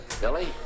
Billy